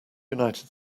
united